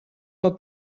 pel